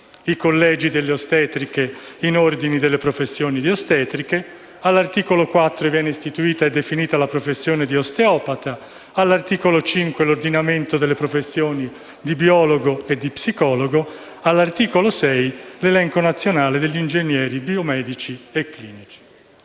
i Collegi delle ostetriche divengono Ordini della professione di ostetrica. All'articolo 4 viene istituita e definita la professione di osteopata; all'articolo 5 l'ordinamento delle professioni di biologo e di psicologo, all'articolo 6 l'elenco nazionale degli ingegneri biomedici e clinici.